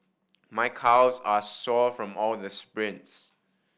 my calves are sore from all the sprints